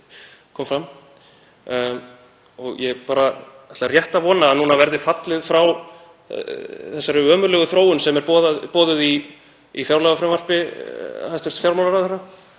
kom fram. Ég ætla rétt að vona að núna verði fallið frá þeirri ömurlegu þróun sem er boðuð í fjárlagafrumvarpi hæstv. fjármálaráðherra